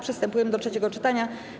Przystępujemy do trzeciego czytania.